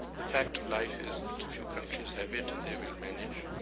the fact of life is that a few countries have it and they will manage.